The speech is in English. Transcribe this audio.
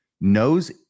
knows